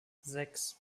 sechs